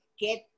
get